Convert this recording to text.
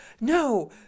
no